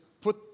put